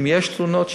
אם יש תלונות,